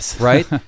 Right